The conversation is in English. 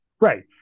Right